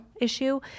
issue